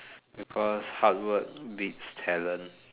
because hardwork beats talent